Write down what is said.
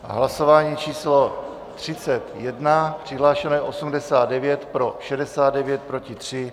Hlasování číslo 31, přihlášeno je 89, pro 69, proti 3.